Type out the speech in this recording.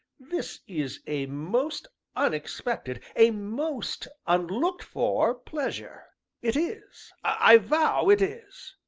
this is a most unexpected a most unlooked for pleasure it is i vow it is.